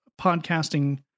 podcasting